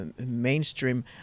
mainstream